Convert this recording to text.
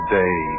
day